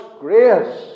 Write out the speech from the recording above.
grace